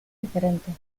diferentes